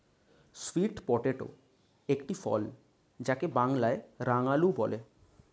sweet potato একটি ফল যাকে বাংলায় রাঙালু বলে